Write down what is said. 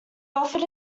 offered